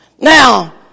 Now